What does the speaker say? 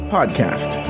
podcast